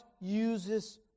uses